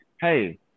hey